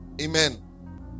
Amen